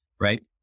right